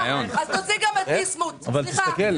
אז תוציא גם את ביסמוט, סליחה.